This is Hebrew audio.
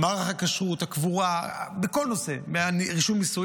מי שמגיע